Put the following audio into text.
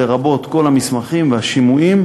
לרבות כל המסמכים והשימועים,